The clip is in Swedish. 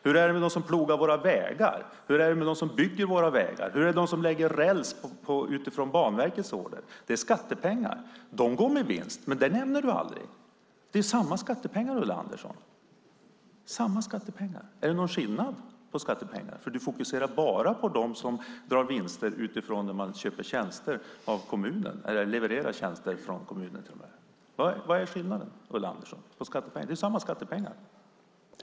Hur är det med dem som plogar våra vägar, hur är det med dem som bygger våra vägar och hur är det med dem som lägger räls på Banverkets order? Det är skattepengar. De går med vinst, men det nämner du aldrig. Det är samma skattepengar, Ulla Andersson. Är det någon skillnad på de skattepengarna? Du fokuserar bara på dem som går med vinst när de levererar tjänster till kommunen. Vad är skillnaden, Ulla Andersson? Det är ju samma skattepengar.